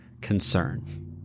concern